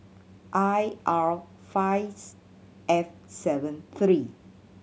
I R five eight seven three